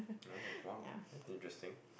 no !wow! that's interesting